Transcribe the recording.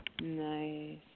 Nice